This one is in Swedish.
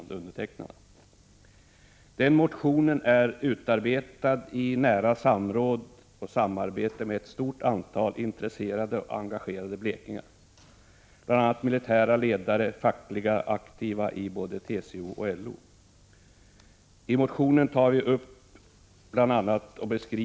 Den motionen är utarbetad i samråd och samarbete med ett stort antal intresserade och engagerade blekingar, bl.a. militära ledare och fackligt aktiva i både TCO och LO. I motionen beskriver vi bl.a. hur Karlskrona Prot.